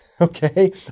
okay